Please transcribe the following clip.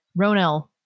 Ronel